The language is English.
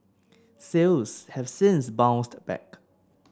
sales have since bounced back